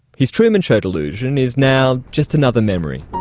his truman show delusion is now just another memory.